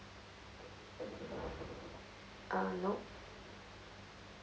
ah nope